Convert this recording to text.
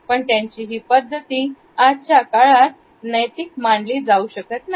पण त्यांची ही पद्धती आजच्या काळात नैतिक मानली जाऊ शकत नाही